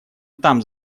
там